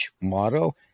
motto